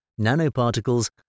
nanoparticles